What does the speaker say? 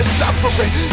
suffering